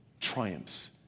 triumphs